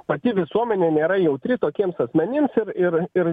pati visuomenė nėra jautri tokiems akmenims ir ir ir